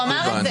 והוא אמר את זה.